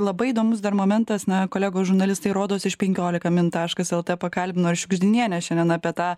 labai įdomus dar momentas na kolegos žurnalistai rodos iš penkiolika min taškas lt pakalbino šiugždinienę šiandien apie tą